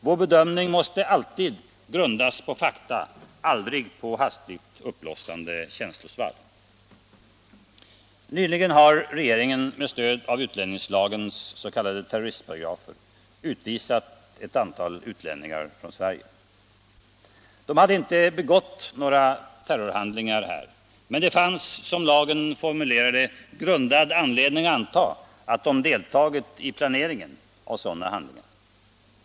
Vår bedömning måste alltid grundas på fakta — aldrig på hastigt uppblossande känslosvall. Nyligen har regeringen med stöd av utlänningslagens s.k. terroristparagrafer utvisat ett antal utlänningar från Sverige. De hade inte begått några terrorhandlingar här, men det fanns, såsom lagen formulerar det, ”grundad anledning anta” att de deltagit i planeringen av sådana handlingar.